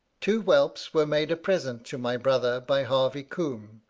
two whelps were made a present to my brother by harvey combe,